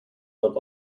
not